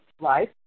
Life